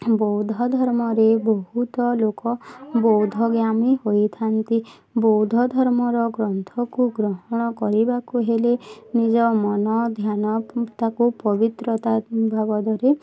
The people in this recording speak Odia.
ବୌଦ୍ଧ ଧର୍ମରେ ବହୁତ ଲୋକ ବୌଦ୍ଧଗାମୀ ହୋଇଥାନ୍ତି ବୌଦ୍ଧ ଧର୍ମର ଗ୍ରନ୍ଥକୁ ଗ୍ରହଣ କରିବାକୁ ହେଲେ ନିଜ ମନ ଧ୍ୟାନ ତାକୁ ପବିତ୍ରତା ଭାବ